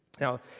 Now